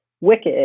wicked